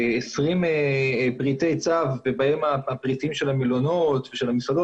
כ-20 פריטי צו ובהם הפריטים של המלונות ושל המסעדות,